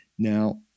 Now